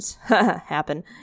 Happen